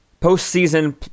postseason